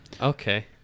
Okay